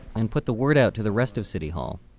and put the word out to the rest of city hall,